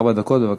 ארבע דקות, בבקשה.